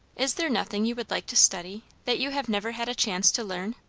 is there nothing you would like to study, that you have never had a chance to learn?